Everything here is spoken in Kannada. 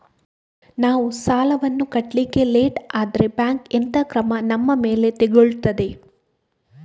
ನಾವು ಸಾಲ ವನ್ನು ಕಟ್ಲಿಕ್ಕೆ ಲೇಟ್ ಆದ್ರೆ ಬ್ಯಾಂಕ್ ಎಂತ ಕ್ರಮ ನಮ್ಮ ಮೇಲೆ ತೆಗೊಳ್ತಾದೆ?